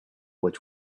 which